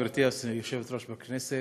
גברתי יושבת-ראש הישיבה,